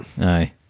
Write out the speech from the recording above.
Aye